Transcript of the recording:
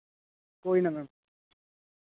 कोई ना मैम